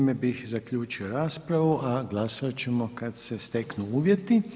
Time bih zaključio raspravu, a glasovat ćemo kad se steknu uvjeti.